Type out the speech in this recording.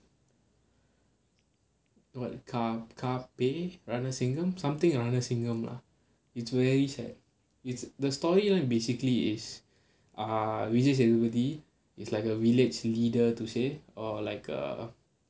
what ka pe Ranasingam pe ranasingam something Ranasingam lah it's very sad it's the storyline basically is err vijay sethupathi is like a village leader to say or like a